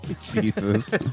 Jesus